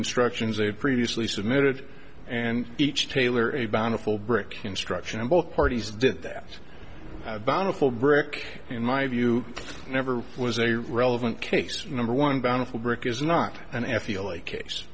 instructions they had previously submitted and each tailor a bountiful brick construction in both parties did that bountiful brick in my view never was a relevant case number one bountiful brick is not an